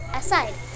aside